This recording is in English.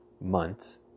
months